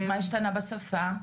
מה השתנה בשפה?